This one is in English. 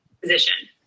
position